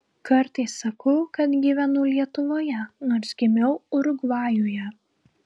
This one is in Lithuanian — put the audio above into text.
kartais sakau kad gyvenu lietuvoje nors gimiau urugvajuje